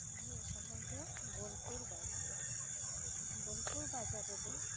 ᱟᱞᱮᱭᱟᱜ ᱥᱚᱦᱚᱨ ᱫᱚ ᱵᱳᱞᱯᱩᱨ ᱵᱟᱡᱟᱨ ᱵᱚᱞᱯᱩᱨ ᱵᱟᱡᱟᱨ ᱨᱮᱫᱚ